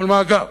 ולמנות